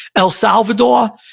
el salvador,